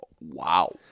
wow